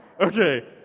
Okay